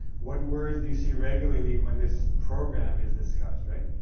what words do you see regularly when this program is discussed, right?